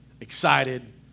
excited